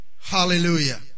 Hallelujah